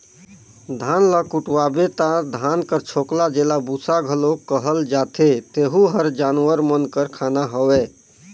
धान ल कुटवाबे ता धान कर छोकला जेला बूसा घलो कहल जाथे तेहू हर जानवर मन कर खाना हवे